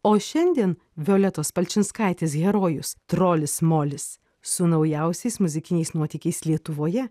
o šiandien violetos palčinskaitės herojus trolis molis su naujausiais muzikiniais nuotykiais lietuvoje